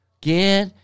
get